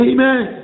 Amen